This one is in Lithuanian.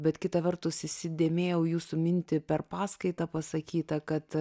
bet kita vertus įsidėmėjau jūsų mintį per paskaitą pasakytą kad